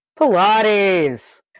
Pilates